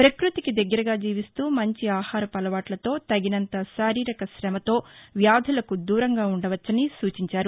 ప్రకృతికి దగ్గరగా జీవిస్తూ మంచి ఆహారపు అలవాట్లతో తగినంత శారీరక శమతో వ్యాధులకు దూరంగా ఉ ండవచ్చని సూచించారు